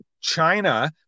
China